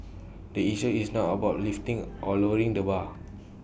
the issue is not about lifting or lowering the bar